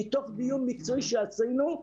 מתוך דיון מקצועי שעשינו,